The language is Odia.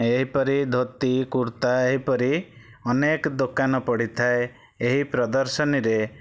ଏହିପରି ଧୋତି କୁର୍ତ୍ତା ଏହିପରି ଅନେକ ଦୋକାନ ପଡ଼ିଥାଏ ଏହି ପ୍ରଦର୍ଶନୀରେ